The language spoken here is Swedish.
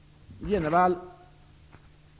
Jenevall!